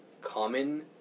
common